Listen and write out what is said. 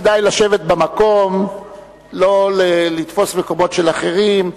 כדאי לשבת במקום, לא לתפוס מקומות של אחרים.